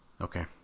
Okay